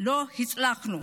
לא הצלחנו.